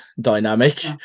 dynamic